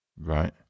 Right